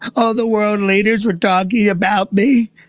all the world leaders were doggie about me.